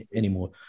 anymore